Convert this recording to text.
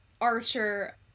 Archer